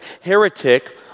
heretic